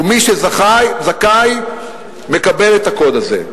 ומי שזכאי מקבל את הקוד הזה.